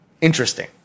interesting